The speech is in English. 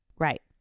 Right